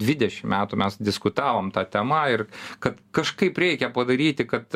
dvidešim metų mes diskutavom ta tema ir kad kažkaip reikia padaryti kad